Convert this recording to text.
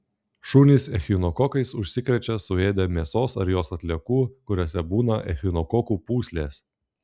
šunys echinokokais užsikrečia suėdę mėsos ar jos atliekų kuriose būna echinokokų pūslės